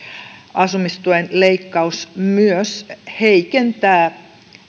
asumistuen leikkaus myös heikentää